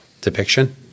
depiction